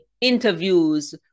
interviews